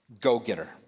go-getter